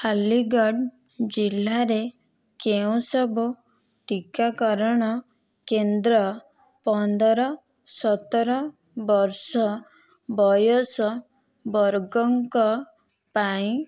ଆଲିଗଡ଼ ଜିଲ୍ଲାରେ କେଉଁ ସବୁ ଟିକାକରଣ କେନ୍ଦ୍ର ପନ୍ଦର ସତର ବର୍ଷ ବୟସ ବର୍ଗଙ୍କ ପାଇଁ